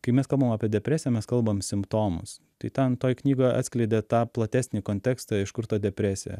kai mes kalbam apie depresiją mes kalbam simptomus tai ten toj knygoj atskleidė tą platesnį kontekstą iš kur ta depresija